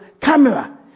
camera